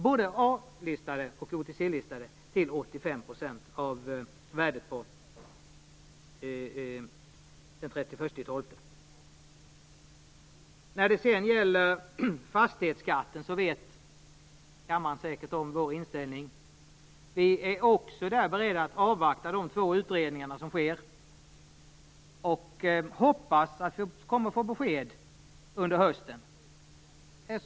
Både A-listade och OTC-listade aktier bör tas upp till När det gäller fastighetsskatten känner ni i denna kammare säkert till vår inställning. Också där är vi beredda att avvakta de två utredningar som sker. Vi hoppas att det kommer besked under hösten.